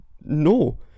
No